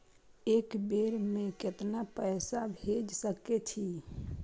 एक बेर में केतना पैसा भेज सके छी?